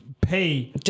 pay